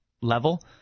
level